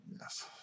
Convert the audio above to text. yes